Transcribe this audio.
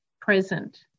present